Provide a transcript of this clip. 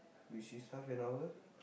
which is half an hour